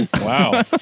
Wow